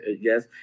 Yes